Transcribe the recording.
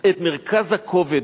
את מרכז הכובד.